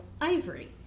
ivory